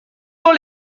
sont